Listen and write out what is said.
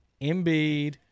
Embiid